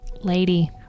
Lady